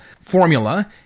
formula